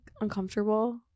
uncomfortable